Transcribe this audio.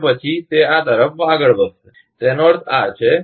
તે પછી તે આ તરફ આગળ વધશે તેનો અર્થ આ છે